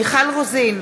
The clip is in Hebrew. מיכל רוזין,